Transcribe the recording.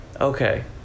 Okay